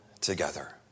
together